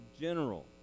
general